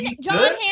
John